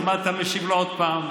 אז מה אתה משיב לו עוד פעם?